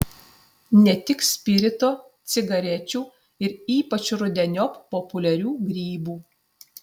ne tik spirito cigarečių ir ypač rudeniop populiarių grybų